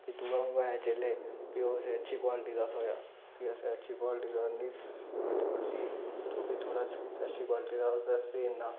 भी दूआ मंगवाया जेल्लै भी ओह् असें गी अच्छी क्वालिटी दा थ्होया भी असें अच्छी क्वालिटी दा आह्ली शूज थोह्ड़ा अच्छी क्वालिटी दा हा ते असें इ'न्ना